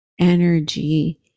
energy